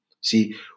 See